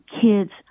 kids